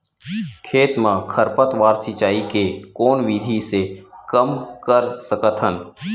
खेत म खरपतवार सिंचाई के कोन विधि से कम कर सकथन?